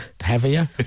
heavier